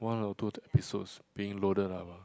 one or two episodes being loaded up lah